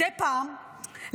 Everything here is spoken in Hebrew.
מדי פעם,